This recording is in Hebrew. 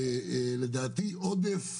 לדעתי עודף